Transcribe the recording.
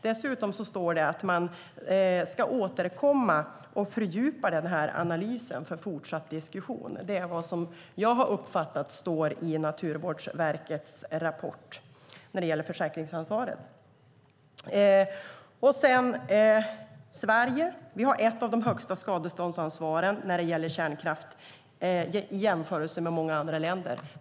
Dessutom står det att man ska återkomma och fördjupa den här analysen för fortsatt diskussion, och det är vad jag har uppfattat står i Naturvårdsverkets rapport när det gäller försäkringsansvaret. Sverige har ett av de högsta skadeståndsansvaren när det gäller kärnkraft i jämförelse med många andra länder.